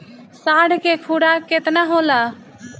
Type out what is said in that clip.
साढ़ के खुराक केतना होला?